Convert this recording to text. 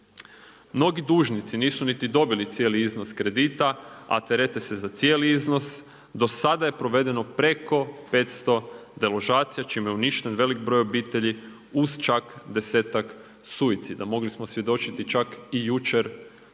Mnogi dužnici nisu niti dobili cijeli iznos kredita a terete se za cijeli iznos. Do sada je provedeno preko 500 deložacija čime je uništen velik broj obitelji uz čak 10-ak suicida. Mogli smo svjedočiti čak i jučer o